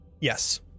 Yes